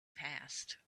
passed